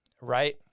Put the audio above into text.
right